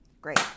Great